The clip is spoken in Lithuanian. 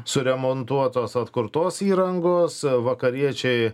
suremontuotos atkurtos įrangos vakariečiai